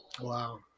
Wow